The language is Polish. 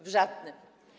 W żadnym.